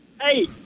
hey